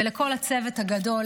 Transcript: ולכל הצוות הגדול,